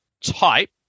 type